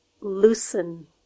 loosen